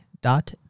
dot